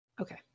Okay